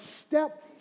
step